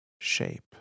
shape